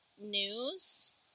News